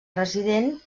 resident